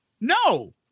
no